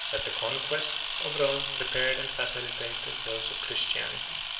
that the conquests of rome prepared and facilitated those of christianity.